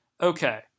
Okay